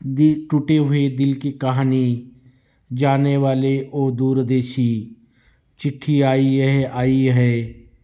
दि टुटे हुए दिलकी कहानी जानेवाले ओ दूरदेशी चिठ्ठी आई है आई है